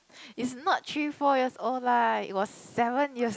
it's not three four years old lah it was seven years